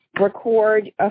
record